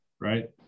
right